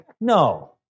No